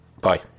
Bye